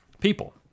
people